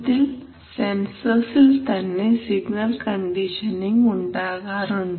ഇതിൽ സെൻസർസിൽ തന്നെ സിഗ്നൽ കണ്ടീഷനിംഗ് ഉണ്ടാകാറുണ്ട്